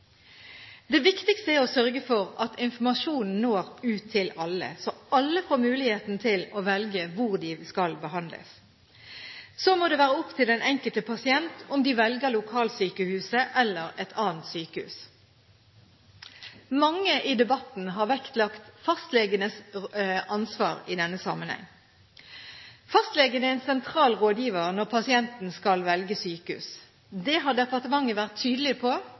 Det viktigste er å sørge for at informasjonen når ut til alle, så alle får muligheten til å velge hvor de skal behandles. Så må det være opp til den enkelte pasient om de velger lokalsykehuset eller et annet sykehus. Mange i debatten har vektlagt fastlegenes ansvar i denne sammenheng. Fastlegen er en sentral rådgiver når pasienten skal velge sykehus. Det har departementet vært tydelig på